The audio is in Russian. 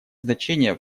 значение